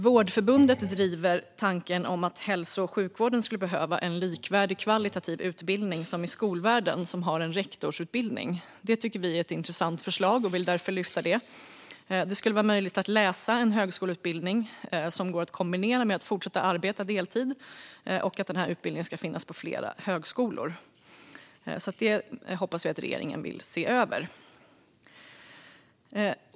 Vårdförbundet driver tanken om att hälso och sjukvården skulle behöva en kvalitativ utbildning likvärdig skolvärldens rektorsutbildning. Vi tycker att det är ett intressant förslag och vill därför lyfta fram det. Det ska vara möjligt att läsa en högskoleutbildning som går att kombinera med att fortsätta arbeta deltid, och utbildningen ska finnas på flera högskolor. Det hoppas vi att regeringen vill se över.